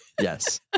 Yes